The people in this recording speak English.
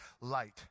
light